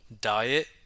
diet